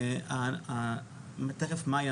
מאיה,